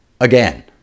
again